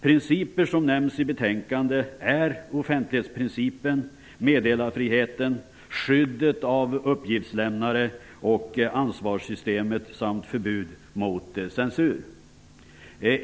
Principer som nämns i betänkandet är offentlighetsprincipen, meddelarfriheten, skyddet av uppgiftslämnare och ansvarssystemet samt förbudet mot censur.